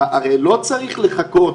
הרי לא צריך לחכות.